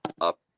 up